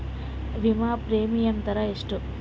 ವಿಮಾ ಪ್ರೀಮಿಯಮ್ ದರಾ ಎಷ್ಟು?